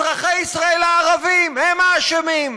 אזרחי ישראל הערבים הם האשמים,